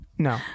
No